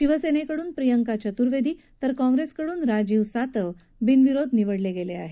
शिवसेनेकडून प्रियंका चर्तुवेदी तर काँग्रेसकडून राजीव सातव बिनविरोध निवडले गेले आहेत